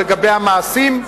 לגבי המעשים,